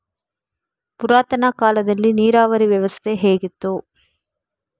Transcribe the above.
ಪುರಾತನ ಕಾಲದಲ್ಲಿ ನೀರಾವರಿ ವ್ಯವಸ್ಥೆ ಹೇಗಿತ್ತು?